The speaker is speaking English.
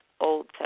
Old